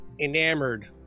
enamored